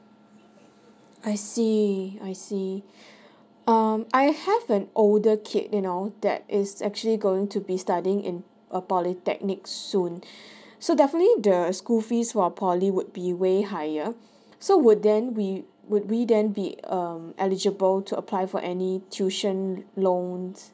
I see I see um I have an older kid you know that is actually going to be studying in a polytechnic soon so definitely the school fees for poly would be way higher so would then we would we then be uh eligible to apply for any tuition loans